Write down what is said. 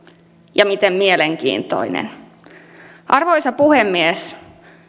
ja miten mielenkiintoinen arvoisa puhemies